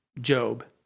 Job